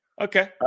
okay